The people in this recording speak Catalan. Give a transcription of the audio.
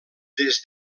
des